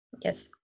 Yes